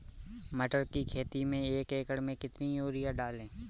मटर की खेती में एक एकड़ में कितनी यूरिया डालें?